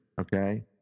Okay